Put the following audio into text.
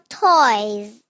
toys